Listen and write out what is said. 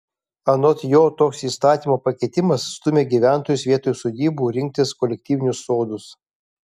anot jo toks įstatymo pakeitimas stumia gyventojus vietoj sodybų rinktis kolektyvinius sodus